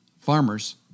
farmers